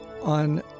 On